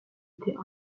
était